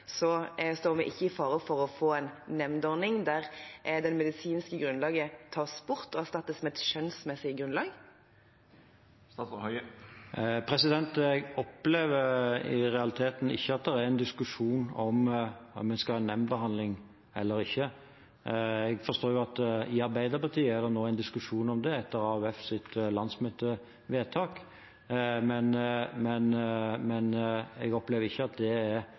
står vi ikke i fare for å få en nemndordning der det medisinske grunnlaget tas bort og erstattes med et skjønnsmessig grunnlag? Jeg opplever ikke i realiteten at det er en diskusjon om vi skal ha nemndbehandling eller ikke. Jeg forstår at det i Arbeiderpartiet nå er en diskusjon om det etter AUFs landsmøtevedtak, men jeg opplever ikke at det er temaet. Det som er temaet, er hvilke kriterier nemndene skal legge vekt på. Der har Høyre sagt at vi er